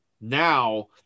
Now